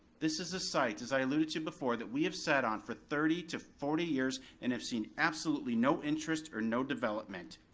this is a site, as i alluded to before, that we have sat on for thirty to forty years and have seen absolutely no interest or no development.